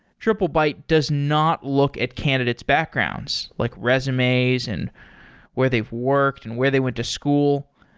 triplebyte does not look at candidate's backgrounds, like resumes and where they've worked and where they went to school.